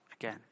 again